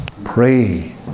pray